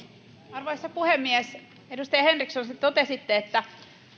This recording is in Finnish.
arvoisa puhemies edustaja henriksson te totesitte että